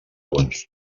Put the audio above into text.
punts